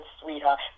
sweetheart